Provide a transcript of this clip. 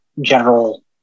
general